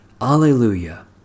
Alleluia